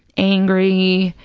angry,